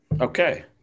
Okay